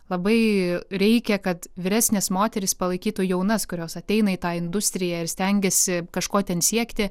labai reikia kad vyresnės moterys palaikytų jaunas kurios ateina į tą industriją ir stengiasi kažko ten siekti